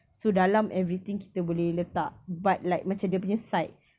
so dalam everything kita boleh letak but like macam dia punya side